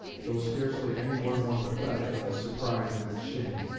though scarcely any one more pathetic in its surprise and its shame.